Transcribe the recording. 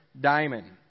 diamond